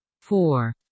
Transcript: four